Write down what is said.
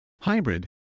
hybrid